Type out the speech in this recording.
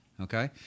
Okay